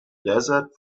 desert